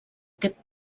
aquest